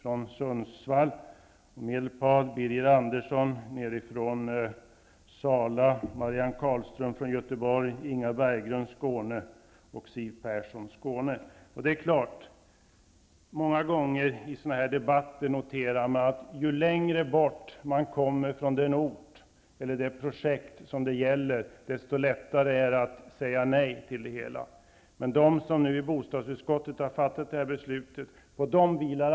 Rune Evensson kommer från Jag noterar ofta i sådana här debatter, att ju längre bort man kommer från den ort eller det projekt debatten gäller desto lättare är det att säga nej till det hela.